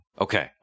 Okay